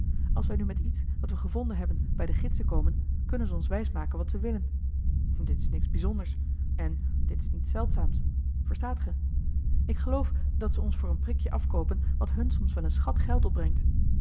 als wij nu met iets dat we gevonden hebben bij de gidsen komen kunnen ze ons wijs maken wat ze willen dit is niets bijzonders en dit is niets zeldzaams verstaat ge ik geloof dat ze ons voor een prikje afkoopen wat hun soms wel een schat geld opbrengt